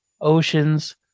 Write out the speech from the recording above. oceans